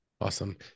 Awesome